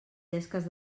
llesques